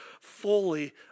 fully